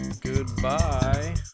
Goodbye